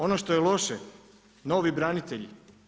Ono što je loše, novi branitelji.